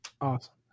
Awesome